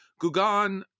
Gugan